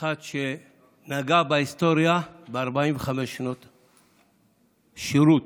אחד שנגע בהיסטוריה ב-45 שנות שירות.